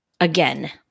again